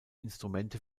instrumente